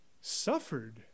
suffered